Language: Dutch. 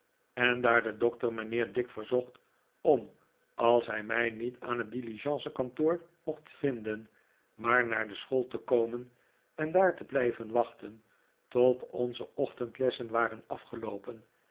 en daar de doctor mijnheer dick verzocht om als hij mij niet aan het diligence kantoor mocht vinden maar naar de school te komen en daar te blijven wachten tot onze ochtendlessen waren afgeloopen